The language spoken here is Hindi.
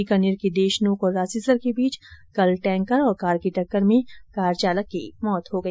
बीकानेर के देशनोक और रासीसर के बीच कल टैंकर और कार की टक्कर में कार चालक की मौत हो गई